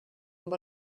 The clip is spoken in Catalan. amb